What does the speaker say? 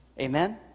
Amen